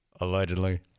Allegedly